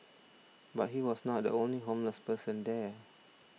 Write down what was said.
but he was not the only homeless person there